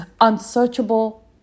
unsearchable